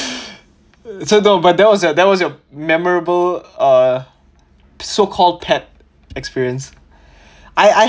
so though but that was a that was a memorable uh so called pet experience I I